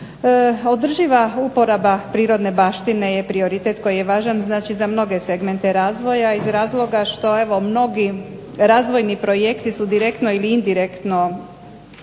Održiva uporaba prirodne baštine je prioritet koji je važan za mnoge segmente razvoja iz razloga što mnogi razvojni projekti su direktno ili indirektno